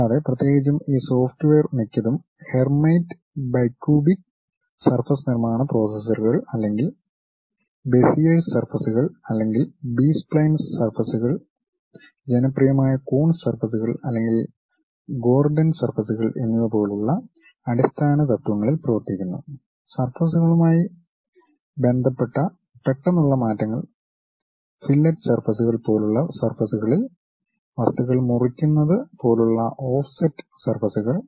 കൂടാതെ പ്രത്യേകിച്ചും ഈ സോഫ്റ്റ്വെയർ മിക്കതും ഹെർമൈറ്റ് ബൈകുബിക് സർഫസ് നിർമ്മാണ പ്രോസസ്സറുകൾ അല്ലെങ്കിൽ ബെസിയേഴ്സ് സർഫസ്കൾ അല്ലെങ്കിൽ ബി സ്പ്ലൈൻ സർഫസ്കൾ ജനപ്രിയമായ കൂൺസ് സർഫസ്കൾ അല്ലെങ്കിൽ ഗോർഡൻ സർഫസ്കൾ എന്നിവ പോലുള്ള അടിസ്ഥാന തത്വങ്ങളിൽ പ്രവർത്തിക്കുന്നു സർഫസ്കളുമായി ബന്ധപ്പെട്ട പെട്ടെന്നുള്ള മാറ്റങ്ങൾ ഫില്ലറ്റ് സർഫസ്കൾ പോലുള്ള സർഫസ്കളിൽ വസ്തുക്കൾ മുറിക്കുന്നത് പോലെയുള്ള ഓഫ്സെറ്റ് സർഫസ്കൾ